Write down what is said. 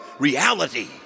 reality